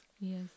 Yes